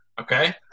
okay